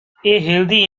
healthy